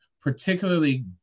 particularly